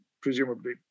presumably